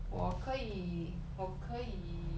我可以我可以